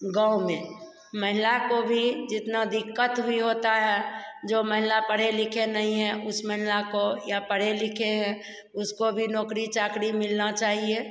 गाँव में महिला को भी जितना दिक्कत भी होता है जो महिला पढे लिखे नहीं हैं उस महिला को या पढ़े लिखे हैं उसको भी नौकरी चाकरी मिलना चाहिए